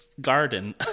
garden